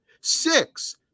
six